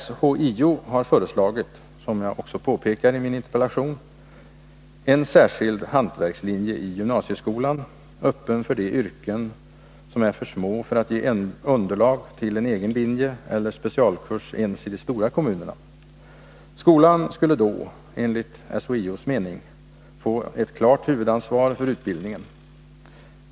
SHIO har föreslagit — som jag också påpekar i min interpellation — en särskild hantverkslinje i gymnasieskolan, öppen för de yrken som är för små för att ge underlag till en egen linje eller specialkurs ens i de stora kommunerna. Skolan skulle då enligt SHIO:s mening få ett klart huvudansvar för utbildningen.